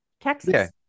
Texas